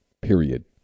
period